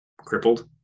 crippled